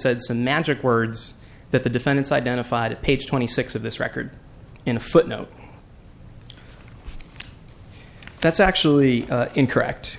said some magic words that the defendants identified at page twenty six of this record in a footnote that's actually incorrect